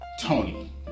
Tony